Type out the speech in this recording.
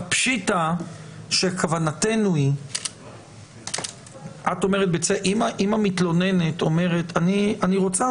פשיטא שכוונתנו היא שאם המתלוננת אומרת שהיא רוצה